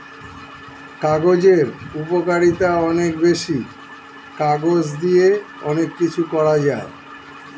কাগজের উপকারিতা অনেক বেশি, কাগজ দিয়ে অনেক কিছু করা যায়